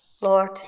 Lord